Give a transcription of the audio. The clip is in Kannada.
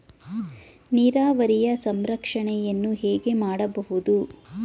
ನೀರಾವರಿಯ ಸಂರಕ್ಷಣೆಯನ್ನು ಹೇಗೆ ಮಾಡಬಹುದು?